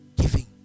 giving